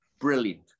Brilliant